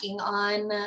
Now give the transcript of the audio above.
on